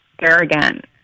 arrogant